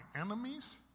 enemies